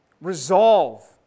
Resolve